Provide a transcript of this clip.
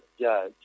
judge